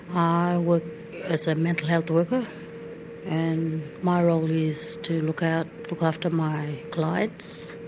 i work as a mental health worker and my role is to look out, look after my clients.